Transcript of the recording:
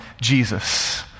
Jesus